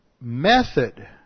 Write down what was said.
method